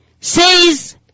says